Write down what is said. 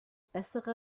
bessere